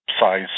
size